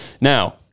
Now